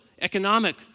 economic